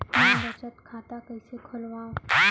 मै बचत खाता कईसे खोलव?